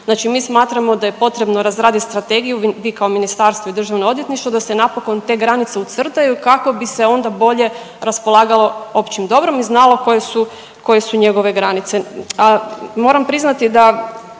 znači mi smatramo da je potrebno razradit strategiju, vi kao ministarstvo i državno odvjetništvo, da se napokon te granice ucrtaju kako bi se onda bolje raspolagalo općim dobrom i znalo koje su, koje su njegove granice.